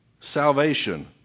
salvation